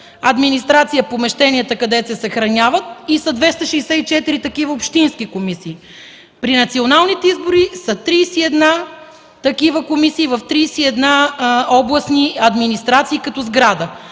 администрация помещенията, където се съхраняват, и са 264 такива общински комисии. При националните избори са 31 такива комисии в 31 областни администрации като сграда.